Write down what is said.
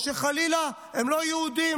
או שחלילה הם לא יהודים,